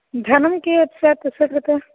धनं कीयद् स्यात् तस्य कृते